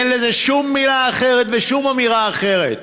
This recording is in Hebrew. אין לזה שום מילה אחרת ושום אמירה אחרת.